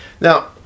Now